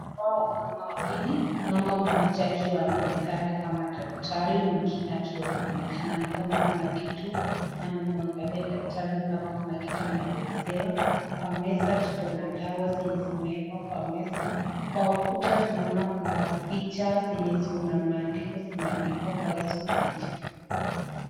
Hawa ni mama wawili, mama mmoja akiwa anaonekana kama daktari, mama mwingine akiwa anaonekana ni kama kuna kitu amemwangalia daktari ni kama kuna kitu anaelezewa, kwa meza tuko na dawa zenye zimeekwa kwa meza, kwa ukuta tunaona kuna picha zenye kuna maandiko zenye zimeandikwa kwa hizo picha.